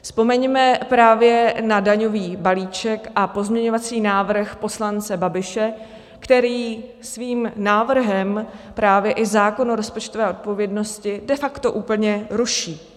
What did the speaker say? Vzpomeňme právě na daňový balíček a pozměňovací návrh poslance Babiše, který svým návrhem právě i zákon o rozpočtové odpovědnosti de facto úplně ruší.